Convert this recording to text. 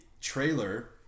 trailer